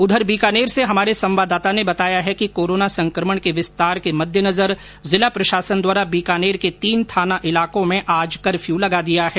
उधर बीकानेर से हमारे संवाददाता ने बताया है कि कोरोना संकमण के विस्तार के मद्देनजर जिला प्रशासन द्वारा बीकानेर के तीन थाना इलाकों में कफ्र्यू लगा दिया है